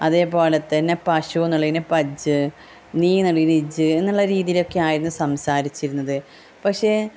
അതേപോലെത്തന്നെ പശു എന്നുള്ളതിന് പജ്ജ് നീ എന്നുള്ളതിന് ഇജ്ജ് എന്നുള്ള രീതിയിലൊക്കെയായിരുന്നു സംസാരിച്ചിരുന്നത് പഷേ